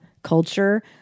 culture